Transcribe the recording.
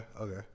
okay